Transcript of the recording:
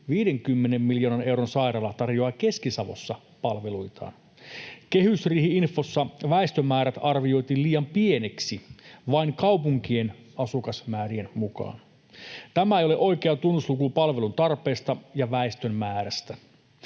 50 miljoonan euron sairaala tarjoaa Keski-Savossa palveluitaan. Kehysriihi-infossa väestömäärät arvioitiin liian pieniksi, vain kaupunkien asukasmäärien mukaan. Tämä ei ole oikea tunnusluku palvelutarpeesta ja väestön määrästä.